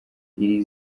iri